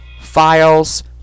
files